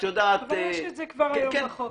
את יודעת --- אבל יש את זה כבר היום בחוק.